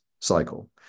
cycle